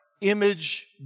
image